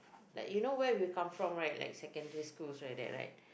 like you know where we come from right like secondary school like that right